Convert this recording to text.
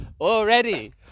already